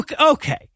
okay